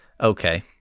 Okay